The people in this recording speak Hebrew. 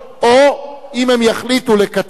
או אם הם יחליטו לקצר,